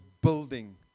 building